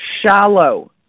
shallow